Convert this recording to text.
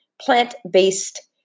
plant-based